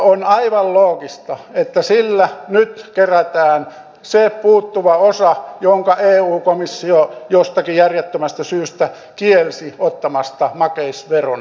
on aivan loogista että sillä nyt kerätään se puuttuva osa jonka eu komissio jostakin järjettömästä syystä kielsi ottamasta makeisverona